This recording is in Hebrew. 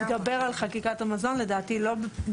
אם אנחנו רוצים להתגבר על ההוראה הספציפית הזאת שאומרת לא לסמן